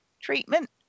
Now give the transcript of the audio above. treatment